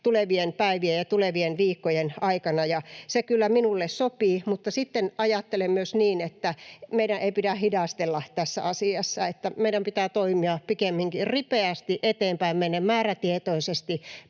tulevien päivien ja tulevien viikkojen aikana. Se kyllä minulle sopii, mutta sitten ajattelen myös niin, että meidän ei pidä hidastella tässä asiassa: meidän pitää toimia pikemminkin ripeästi, mennä eteenpäin määrätietoisesti,